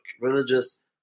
religious